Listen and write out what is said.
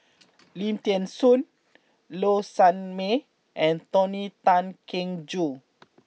Lim Thean Soo Low Sanmay and Tony Tan Keng Joo